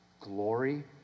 glory